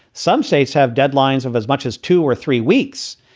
some states have deadlines of as much as two or three weeks.